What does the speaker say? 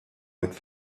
with